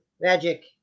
magic